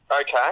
Okay